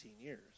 years